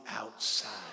outside